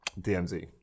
DMZ